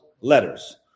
letters